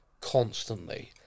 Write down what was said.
constantly